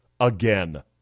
again